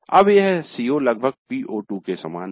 अब यह CO लगभग PO2 के समान है